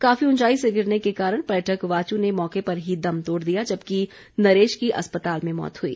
काफी ऊंचाई से गिरने के कारण पर्यटक वाचु ने मौके पर ही दम तोड़ दिया जबकि नरेश की अस्पताल में मौत हुई